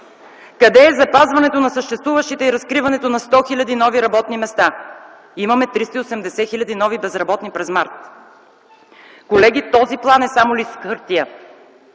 Къде е запазването на съществуващите и разкриването на 100 хил. нови работни места? Имаме 380 хил. нови безработни през м. март. Колеги, този план е само лист хартия.